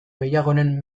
gehiagoren